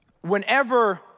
whenever